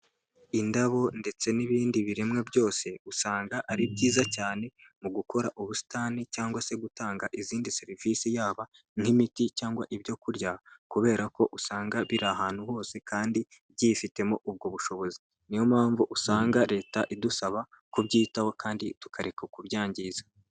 Indabo ndetse n'ibindi biremwa byose usanga ari byiza cyane mu gukora ubusitani cyangwa se gutanga izindi serivisi, yaba nk'imiti cyangwa ibyo kurya kubera ko usanga biri ahantu hose kandi byifitemo ubwo bushobozi, niyo mpamvu usanga leta idusaba kubyitaho kandi tukareka kubyangiza.